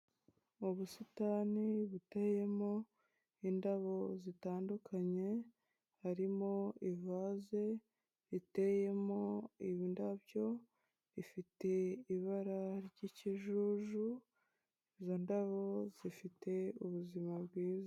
Ubusitani buteyemo indabo zitandukanye harimo ivaze riteyemo ndabyo ifite ibara ry'ikijujuzoiIndabo zifite ubuzima bwiza.